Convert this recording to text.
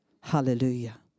Hallelujah